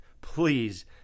Please